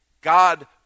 God